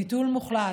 ביטול מוחלט,